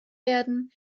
werden